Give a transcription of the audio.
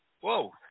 Whoa